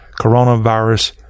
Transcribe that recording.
coronavirus